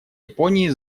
японии